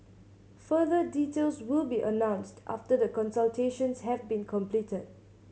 further details will be announced after the consultations have been completed